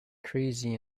crazy